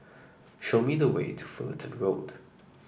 show me the way to Fullerton Road